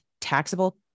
taxable